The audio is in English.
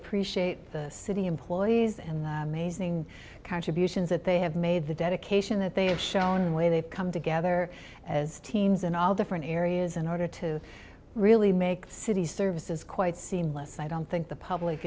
appreciate the city employees and the amazing contributions that they have made the dedication that they have shown the way they've come together as teams in all different areas in order to really make city services quite seamless i don't think the public